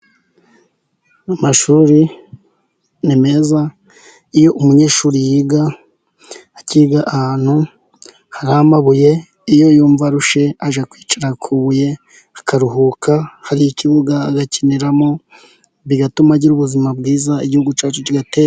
Amashuri ni meza, iyo umunyeshuri yiga akiga ahantu hari amabuye iyo yumva arushye ajya kwicara ku ibuye akaruhuka, hari ikibuga agakiniramo bigatuma agira ubuzima bwiza, igihugu cyacu kigatera imbere.